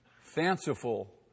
fanciful